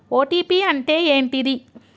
OTP అంటే ఏంటిది?